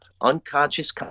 unconscious